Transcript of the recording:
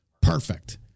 perfect